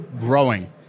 growing